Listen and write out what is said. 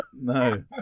No